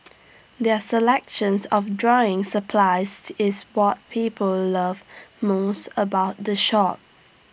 their selections of drawing supplies to is what people love most about the shop